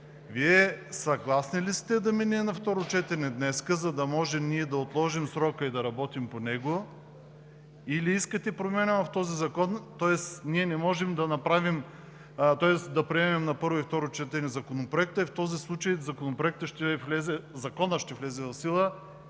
съгласни ли сте да мине на второ четене днес, за да може ние да отложим срока и да работим по него, или искате промяна в този закон? Тоест не можем да приемем на първо и второ четене Законопроекта и в този случай Законът ще влезе в сила